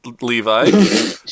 Levi